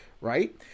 right